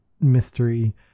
mystery